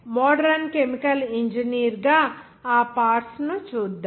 modern chemical ఇంజనీర్గా ఆ parts ను చూద్దాం